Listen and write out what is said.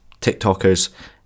TikTokers